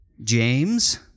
James